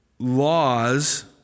laws